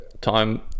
time